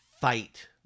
fight